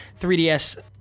3DS